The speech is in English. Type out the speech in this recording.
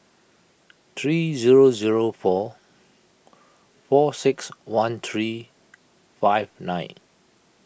three zero zero four four six one three five nine